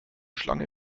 schlange